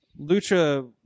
lucha